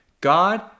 God